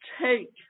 take